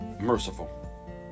merciful